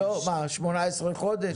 מה 18 חודש?